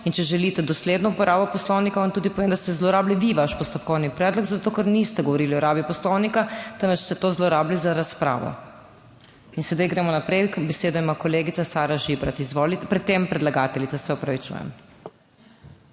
in če želite dosledno uporabo Poslovnika, vam tudi povem, da ste zlorabili vi vaš postopkovni predlog zato, ker niste govorili o rabi poslovnika, temveč ste to zlorabili za razpravo. In sedaj gremo naprej. Besedo ima kolegica Sara Žibrat. Izvolite. Pred tem predlagateljica, se opravičujem.